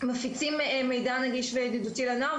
מפיצים מידע נגיש וידידותי לנוער.